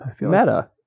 Meta